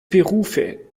berufe